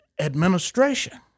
administration